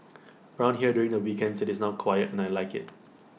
around here during the weekends IT is now quiet and I Like IT